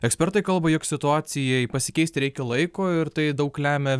ekspertai kalba jog situacijai pasikeisti reikia laiko ir tai daug lemia